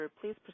Please